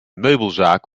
meubelzaak